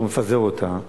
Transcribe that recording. לא מפזר אותה,